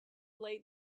late